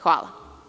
Hvala.